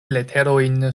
leterojn